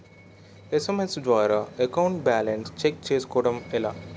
SMS ద్వారా account balance check చేసుకోవటం ఎలా?